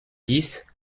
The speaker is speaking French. dix